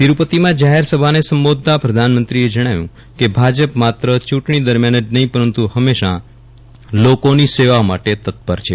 તિરૂપતિમાં જાહેરસભાને સંબોધતા પ્રધાનમંત્રીએ જણાવ્યું કે ભાજપ માત્ર યુંટણી દરમિયાન જ નહી પરંતુ હંમેશા લોકોની સેવા માટે તત્પર છે